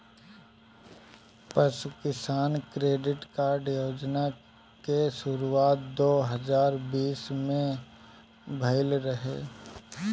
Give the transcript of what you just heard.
पशु किसान credit card योजना के शुरुआत दू हज़ार बीस में भइल रहे